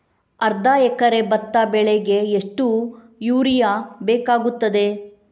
ಅರ್ಧ ಎಕರೆ ಭತ್ತ ಬೆಳೆಗೆ ಎಷ್ಟು ಯೂರಿಯಾ ಬೇಕಾಗುತ್ತದೆ?